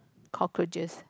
cockroaches